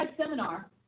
Seminar